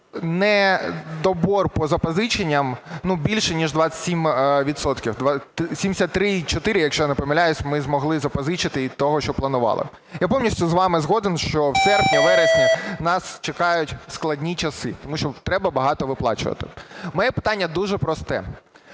недобір по запозиченням більше ніж 27 відсотків, 73,4, якщо я не помиляюсь, ми змогли запозичити від того, що планували. Я повністю з вами згоден, що в серпні-вересні нас чекають складні часи, тому що треба багато виплачувати. Моя питання дуже просте.